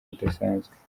budasanzwe